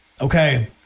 Okay